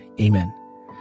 Amen